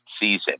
season